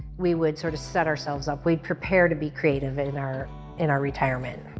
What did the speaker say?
we would sort of set ourselves up we'd prepare to be creative in our in our retirement.